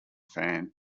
fan